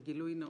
גילוי נאות: